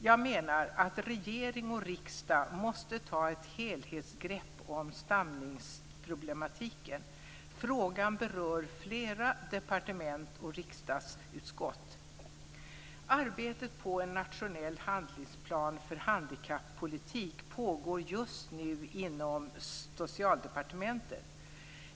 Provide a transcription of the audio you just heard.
Jag menar att regering och riksdag måste ta ett helhetsgrepp om stamningsproblematiken. Frågan berör flera departement och riksdagsutskott. Arbetet på en nationell handlingsplan för handikappolitik pågår just nu inom Socialdepartementet.